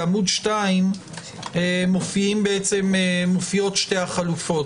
בעמ' 2 מופיעות שתי החלופות.